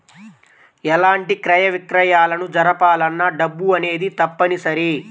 ఎలాంటి క్రయ విక్రయాలను జరపాలన్నా డబ్బు అనేది తప్పనిసరి